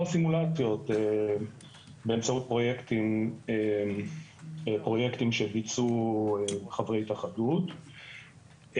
סימולציות באמצעות פרויקטים שביצעו חברי התאחדות.